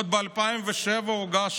עוד ב-2007 הוגש